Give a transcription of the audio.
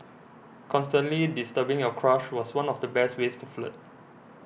constantly disturbing your crush was one of the best ways to flirt